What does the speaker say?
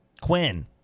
Quinn